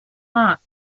monks